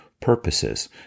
purposes